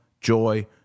Joy